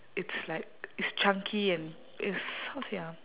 it's like it's chunky and it's how to say ah